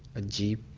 a jeep,